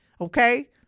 Okay